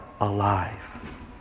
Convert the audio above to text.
alive